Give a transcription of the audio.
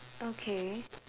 okay